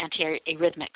antiarrhythmics